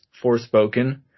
Forspoken